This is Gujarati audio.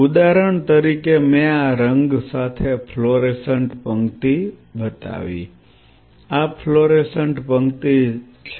ઉદાહરણ તરીકે મેં આ રંગ સાથે ફ્લોરોસન્ટ પંક્તિ બતાવી આ ફ્લોરોસન્ટ પંક્તિ છે